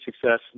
success